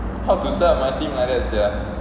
how to set up my team like that sia